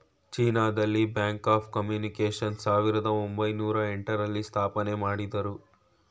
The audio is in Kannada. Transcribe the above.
ಚೀನಾ ದಲ್ಲಿ ಬ್ಯಾಂಕ್ ಆಫ್ ಕಮ್ಯುನಿಕೇಷನ್ಸ್ ಸಾವಿರದ ಒಂಬೈನೊರ ಎಂಟ ರಲ್ಲಿ ಸ್ಥಾಪನೆಮಾಡುದ್ರು